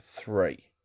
three